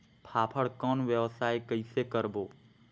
फाफण कौन व्यवसाय कइसे करबो?